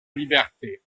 liberté